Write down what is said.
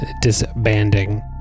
disbanding